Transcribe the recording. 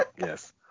yes